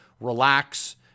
Relax